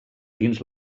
dins